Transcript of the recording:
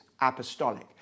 apostolic